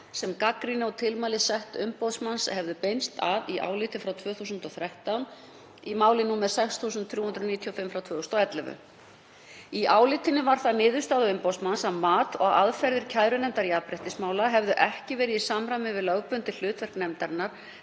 sem gagnrýni og tilmæli setts umboðsmanns hefðu beinst að í áliti frá 2013 í máli nr. 6395/2011. Í álitinu var það niðurstaða umboðsmanns að mat og aðferðir kærunefndar jafnréttismála hefðu ekki verið í samræmi við lögbundið hlutverk nefndarinnar